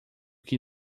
que